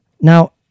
Now